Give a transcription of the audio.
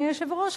אדוני היושב-ראש,